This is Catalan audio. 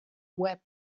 web